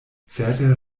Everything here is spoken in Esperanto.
certe